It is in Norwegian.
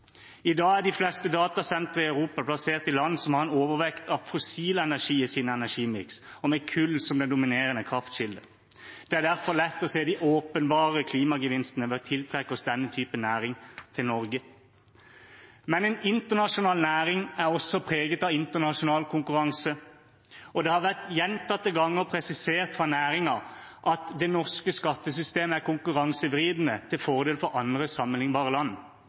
I dag er de fleste datasentre i Europa plassert i land som har en overvekt av fossil energi i sin energimiks, og kull som den dominerende kraftkilden. Det er derfor lett å se de åpenbare klimagevinstene ved å tiltrekke oss denne typen næring i Norge. Men en internasjonal næring er også preget av internasjonal konkurranse, og det har gjentatte ganger vært presisert fra næringen at det norske skattesystemet er konkurransevridende til fordel for andre sammenlignbare land.